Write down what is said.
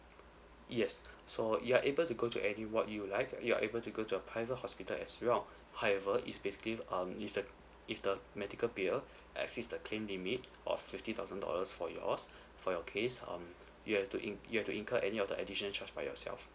yes so you are able to go to any ward you like you are able to go to a private hospital as well however is basically um if the if the medical bill exceed the claim limit of fifty thousand dollars for yours for your case um you have to in~ you have to incur any of the additional charge by yourself